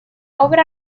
obra